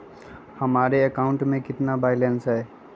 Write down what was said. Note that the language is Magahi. हमारे अकाउंट में कितना बैलेंस है?